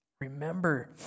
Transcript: Remember